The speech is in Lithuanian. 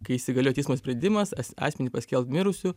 kai įsigaliojo teismo sprendimas as asmenį paskelbt mirusiu